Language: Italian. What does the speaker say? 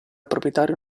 proprietario